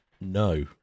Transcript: No